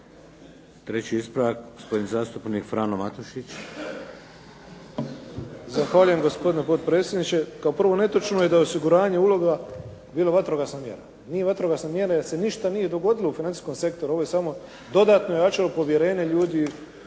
Treći ispravak, gospodin zastupnik Frano Matušić. **Matušić, Frano (HDZ)** Zahvaljujem gospodine potpredsjedniče. Kao prvo, netočno je da je osiguranje uloga bila vatrogasna mjera. Nije vatrogasna mjera, jer se nije ništa dogodilo u financijskom sektoru, ovo je samo dodatno jačalo povjerenje ljudi